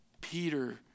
Peter